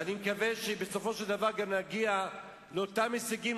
ואני מקווה שבסופו של דבר גם נגיע לאותם הישגים,